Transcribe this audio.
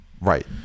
Right